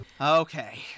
Okay